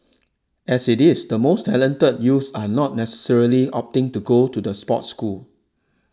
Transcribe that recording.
as it is the most talented youth are not necessarily opting to go to the sports school